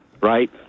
Right